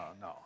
no